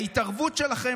ההתערבות שלכם